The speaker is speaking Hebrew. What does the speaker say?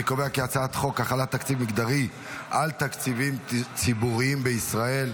אני קובע כי הצעת חוק החלת תקצוב מגדרי על תקציבים ציבוריים בישראל,